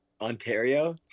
Ontario